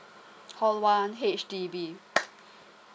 call one H_D_B